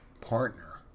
partner